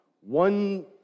one